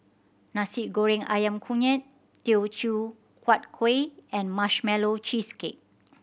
Nasi Goreng Ayam Kunyit Teochew Huat Kueh and Marshmallow Cheesecake